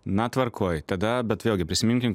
na tvarkoj tada bet vėlgi prisiminkim